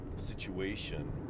situation